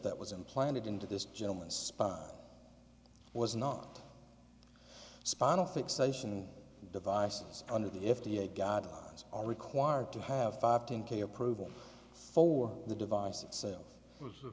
that was implanted into this gentleman spine was not spinal fixation devices under the f d a guidelines are required to have five ten k approval for the device itself w